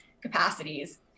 capacities